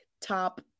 top